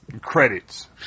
Credits